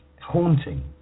haunting